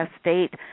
state